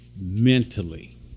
mentally